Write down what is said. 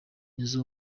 nizzo